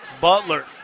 Butler